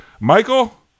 Michael